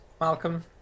Malcolm